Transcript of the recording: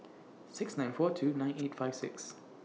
six nine four two nine eight five six